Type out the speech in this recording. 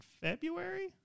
February